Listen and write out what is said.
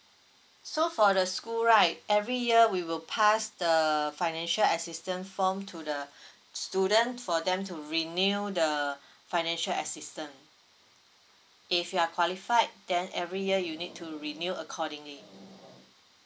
so for the school right every year we will pass the financial assistance form to the student for them to renew the financial assistance if you are qualified then every year you need to renew accordingly